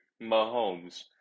Mahomes